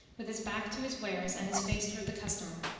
with his back to his wares and his face towards the customer.